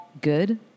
good